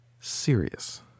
Serious